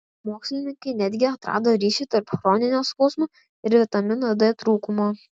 mokslininkai netgi atrado ryšį tarp chroninio skausmo ir vitamino d trūkumo